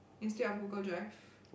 instead of Google Drive